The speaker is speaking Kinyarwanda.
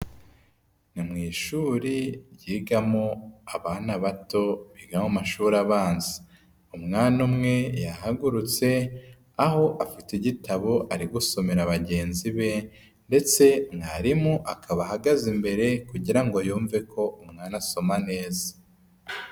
Ni mu ishuri ryigamo abana bato biga mu mashuri abanza. Umwana umwe yahagurutse, aho afite igitabo ari gusomera bagenzi be ndetse mwarimu akaba ahagaze imbere kugira ngo yumve ko umwana asoma neza.